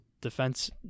defense